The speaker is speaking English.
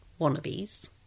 wannabes